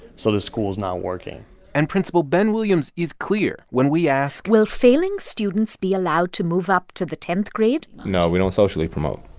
so the school is not working and principal ben williams is clear when we ask. will failing students be allowed to move up to the tenth grade? no, we don't socially promote.